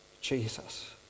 Jesus